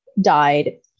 died